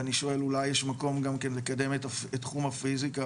ואני שואל - אולי יש מקום לקדם גם את תחום הפיזיקה